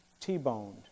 T-boned